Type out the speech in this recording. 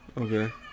Okay